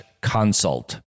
consult